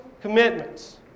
commitments